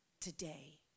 today